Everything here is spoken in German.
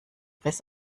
riss